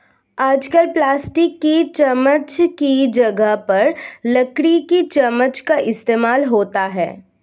आजकल प्लास्टिक की चमच्च की जगह पर लकड़ी की चमच्च का इस्तेमाल होता है